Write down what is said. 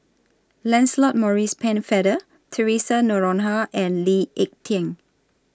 Lancelot Maurice Pennefather Theresa Noronha and Lee Ek Tieng